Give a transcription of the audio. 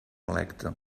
electa